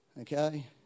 Okay